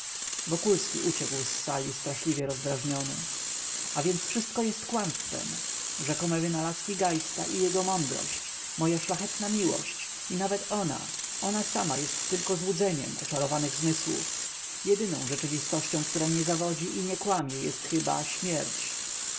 wokulski uciekł z sali straszliwie rozdrażniony a więc wszystko jest kłamstwem rzekome wynalazki geista i jego mądrość moja szalona miłość i nawet ona ona sama jest tylko złudzeniem oczarowanych zmysłów jedyną rzeczywistością która nie zawodzi i nie kłamie jest chyba śmierć